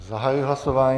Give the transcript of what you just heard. Zahajuji hlasování.